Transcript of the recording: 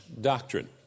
doctrine